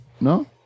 No